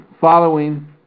following